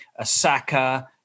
Asaka